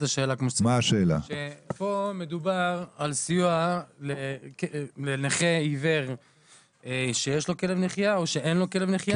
כאן מדובר על סיוע לנכה עיוור שיש לו כלב נחיה או שאין לו כלב נחיה,